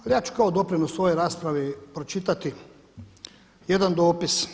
Ali ja ću kao doprinos u ovoj raspravi pročitati jedan dopis.